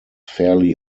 fairly